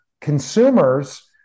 consumers